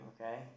Okay